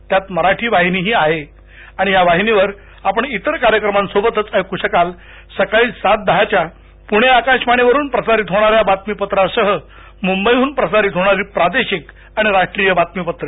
त्यात मराठी वाहिनीही आहे आणि या वाहिनीवर आपण इतर कार्यक्रमांसोबतच ऐकू शकाल सकाळी सात दहाच्या पुणे आकाशवाणीवरून प्रसारीत होणाऱ्या बातमीपत्रासह मुंबईहन प्रसारीत होणारं प्रादेशिक आणि राष्ट्रीय बातमीपत्र